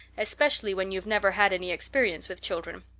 especially when you've never had any experience with children.